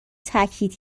تاکید